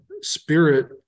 spirit